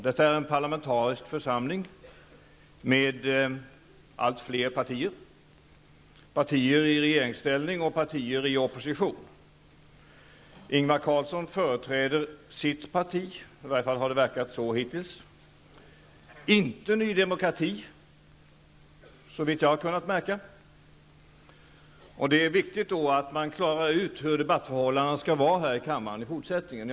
Detta är en parlamentarisk församling med allt fler partier, partier i regeringsställning och partier i opposition. Ingvar Carlsson företräder sitt parti, i varje fall har det verkat så hittills -- inte ny demokrati, såvitt jag har kunnat märka. Då är det viktigt att man klarar ut hur debattförhållandena skall vara i kammaren i fortsättningen.